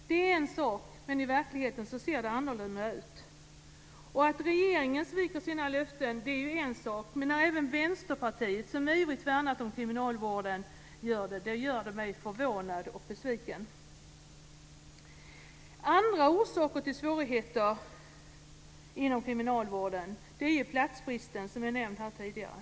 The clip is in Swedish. Det är en sak, men i verkligheten ser det annorlunda ut. Att regeringen sviker sina löften är ju en sak, men när även Vänsterpartiet, som ivrigt har värnat kriminalvården, gör det så blir jag förvånad och besviken. En annan orsak till svårigheter inom kriminalvården är platsbristen, som nämnts här tidigare.